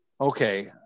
okay